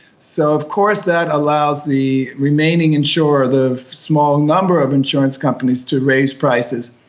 so of course that allows the remaining insurer, the small number of insurance companies to raise prices.